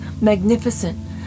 magnificent